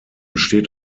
steht